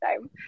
time